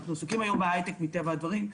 אנחנו עסוקים היום בהייטק מטבע הדברים,